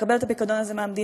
לקבל את הפיקדון הזה מהמדינה,